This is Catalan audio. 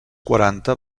quaranta